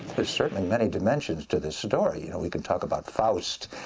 there's certainly many dimensions to this story, and we can talk about faust,